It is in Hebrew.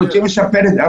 אנחנו רוצים לשפר את זה.